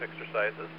exercises